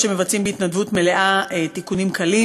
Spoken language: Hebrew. שמבצעים בהתנדבות מלאה תיקונים קלים,